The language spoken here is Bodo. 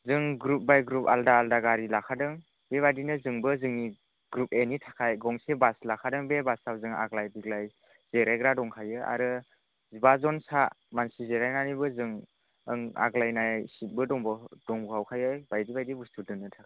जों ग्रुप बाय ग्रुप आलदा आलदा गारि लाखादों बेबाइदिनो जोंबो जोंनि ग्रुप ए नि थाखय गंसे बास लाखादों बे बासाव जोंनि आग्लाय बिग्लाइ जिरायग्रा दंखायो आरो जिबाजन सा मानसि जेरायनानैबो जों आग्लाय नाय सिटबो दंबावो दंबाव खायो बाइदि बाइदि बुस्थु दोननो थाखाय